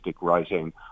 writing